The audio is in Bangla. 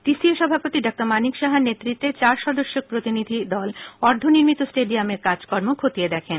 টিসিএ সভাপতি ডা মানিক সাহার নেতৃত্বে চার সদস্যক প্রতিনিধিদল অর্ধনির্মিত স্টেডিয়ামের কাজকর্ম খতিয়ে দেখেন